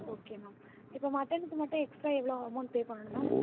okay ma'am இப்போ மட்டனுக்கு மட்டும் எக்ஸ்ட்டா எவ்வளோ அமௌண்ட் பே பண்ணணும் மேம்